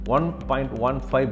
$1.15